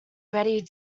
ready